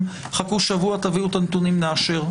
שתחכו שבוע ותביאו את הנתונים ונאשר,